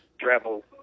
travel